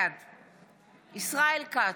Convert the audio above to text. בעד ישראל כץ,